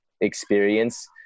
experience